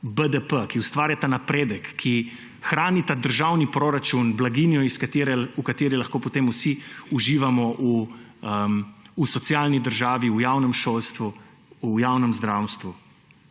BDP, ki ustvarjata napredek, ki hranita državni proračun, blaginjo, v kateri lahko potem vsi uživamo v socialni državi, v javnem šolstvu, v javnem zdravstvu.